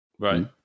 Right